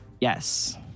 Yes